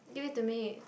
give it to me